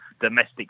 domestic